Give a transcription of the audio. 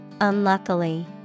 unluckily